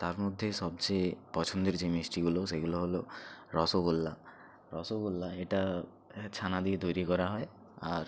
তার মধ্যে সবচেয়ে পছন্দের যে মিষ্টিগুলো সেইগুলো হলো রসগোল্লা রসগোল্লা এটা হ্যাঁ ছানা দিয়ে তৈরি করা হয় আর